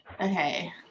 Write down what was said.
okay